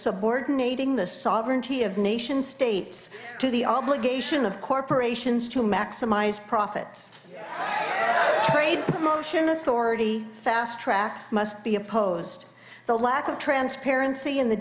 subordinating the sovereignty of nation states to the obligation of corporations to maximize profits trade promotion authority fast track must be opposed the lack of transparency in the